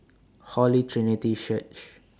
Holy Trinity Church